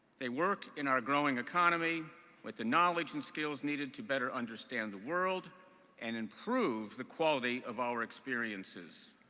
they work in our growing economy with the knowledge and skills needed to better understand the world and improve the quality of our experiences.